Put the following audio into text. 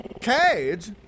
Cage